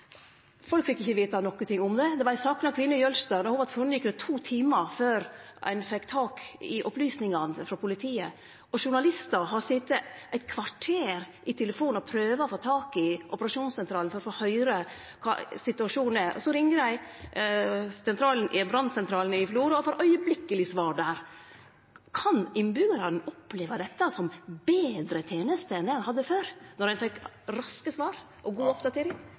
Folk fekk ikkje vete noko om det. Det var ei sakna kvinne i Jølster. Ho vart funnen kring to timar før ein fekk tak i opplysningane frå politiet. Og journalistar har sete eit kvarter i telefonen for å prøve få tak i operasjonssentralen for å høyre kva situasjonen er. Så ringjer dei brannsentralen i Florø og får straks svar der. Kan innbyggjarane oppleve dette som ei betre teneste enn dei hadde før, då ein fekk raske svar og god oppdatering?